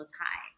high